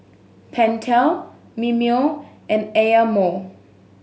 Pentel Mimeo and Eye Mo